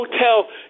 hotel